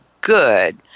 good